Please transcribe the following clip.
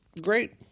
Great